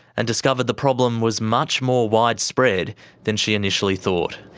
and discovered the problem was much more widespread than she initially thought.